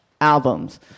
albums